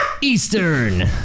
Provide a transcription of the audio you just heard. Eastern